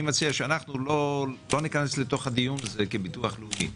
אני מציע שאנחנו לא ניכנס לדיון הזה כביטוח לאומי.